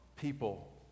people